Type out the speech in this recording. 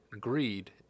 greed